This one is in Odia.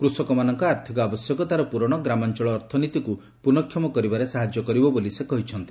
କୃଷକମାନଙ୍କ ଆର୍ଥିକ ଆବଶ୍ୟକତାର ପୂରଣ ଗ୍ରାମାଞ୍ଚଳ ଅର୍ଥନୀତିକୁ ପୁନଃକ୍ଷମ କରିବାରେ ସାହାଯ୍ୟ କରିବ ବୋଲି ସେ କହିଛନ୍ତି